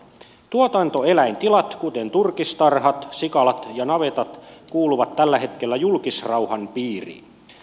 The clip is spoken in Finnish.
tuotantoeläintilat kuten turkistarhat sikalat ja navetat kuuluvat tällä hetkellä julkisrauhan piiriin